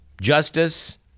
justice